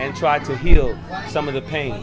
and try to heal some of the pa